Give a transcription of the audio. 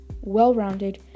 well-rounded